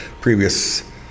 previous